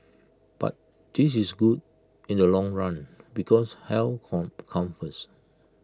but this is good in the long run because health from comes first